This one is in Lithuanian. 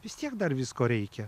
vis tiek dar visko reikia